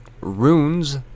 Runes